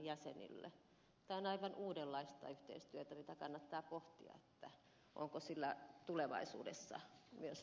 tämä on aivan uudenlaista yhteistyötä mitä kannattaa pohtia onko sillä tulevaisuudessa myös